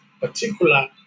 particular